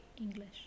english